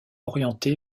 orienté